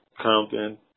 Compton